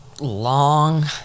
long